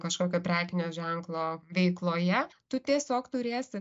kažkokio prekinio ženklo veikloje tu tiesiog turėsi